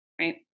right